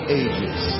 ages